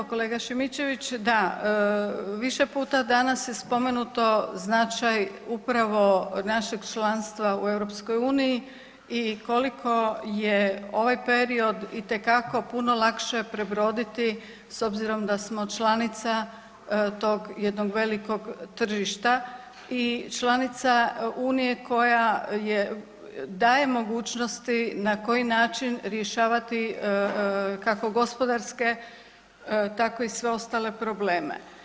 Hvala lijepo kolega Šimičević, da, više puta danas je spomenuto značaj upravo našeg članstva u EU i koliko je ovaj period itekako puno lakše prebroditi s obzirom da smo članica tog jednog velikog tržišta i članica unije koja je, daje mogućnosti na koji način rješavati, kako gospodarske, tako i sve ostale probleme.